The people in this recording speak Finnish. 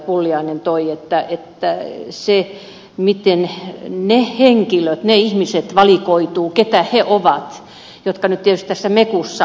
pulliainen että se on tärkeää miten ne henkilöt ne ihmiset valikoituvat keitä he ovat jotka nyt tietysti tässä mekussa ovat